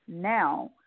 now